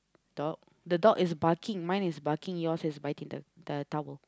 dog the dog is barking mine is barking yours is biting the the towel